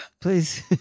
Please